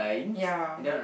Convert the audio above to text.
ya